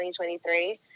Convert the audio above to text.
2023